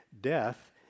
death